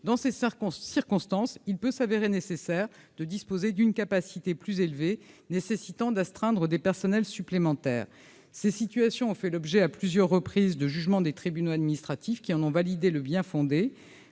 circonstances circonstances il peut s'avérer nécessaire de disposer d'une capacité plus élevée, nécessitant d'astreindre des personnels supplémentaires, ces situations ont fait l'objet à plusieurs reprises de jugements des tribunaux administratifs qui en ont validé le bien-fondé